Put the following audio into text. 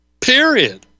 period